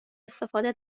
استفاده